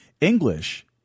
English